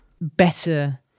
better